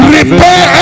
repair